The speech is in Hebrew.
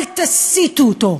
אל תסיתו אותו,